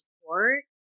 support